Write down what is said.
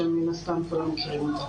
שמן הסתם כולם מכירים אותה.